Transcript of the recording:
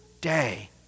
day